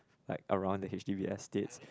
like around the H_D_B estates